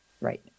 Right